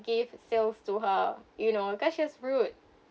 gave sales to her you know cause she's rude